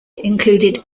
included